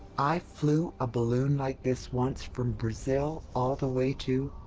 i flew a balloon like this once, from brazil all the way to.